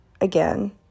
again